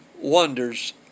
wonders